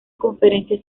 conferencias